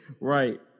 right